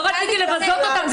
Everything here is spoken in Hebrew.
לא רציתי לבזות אותם.